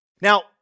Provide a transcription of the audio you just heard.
Now